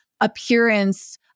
appearance